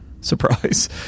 surprise